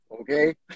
okay